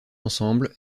ensemble